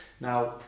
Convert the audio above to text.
Now